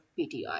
PTI